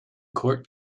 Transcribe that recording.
court